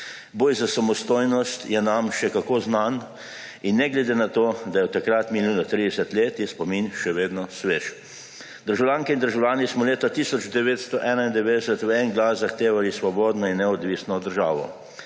Boj za samostojnost je nam še kako znan in ne glede na to, da je od takrat minilo 30 let, je spomin še vedno svež. Državljanke in državljani smo leta 1991 v en glas zahtevali svobodno in neodvisno državo.